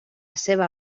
seva